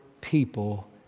people